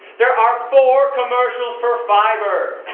there are four commercials for fiber,